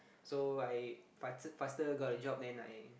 so I faster faster got a job then I